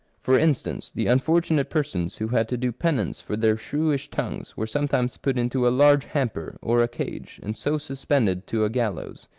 for instance, the un fortunate persons who had to do penance for their shrewish tongues were sometimes put into a large hamper, or a cage, and so suspended to a gallows,